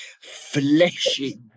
fleshy